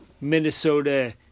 Minnesota